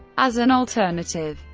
as an alternative,